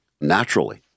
naturally